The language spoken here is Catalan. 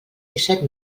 disset